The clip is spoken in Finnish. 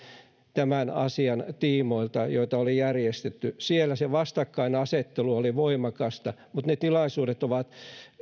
tämän asian tiimoilta järjestettiin siellä se vastakkainasettelu oli voimakasta mutta ne tilaisuudet ovat